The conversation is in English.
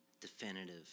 definitive